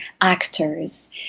actors